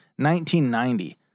1990